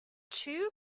two